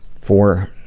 for